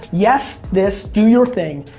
yes, this do your thing.